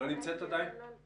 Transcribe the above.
נעשה